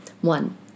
One